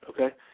Okay